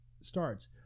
starts